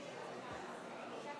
הכנסת,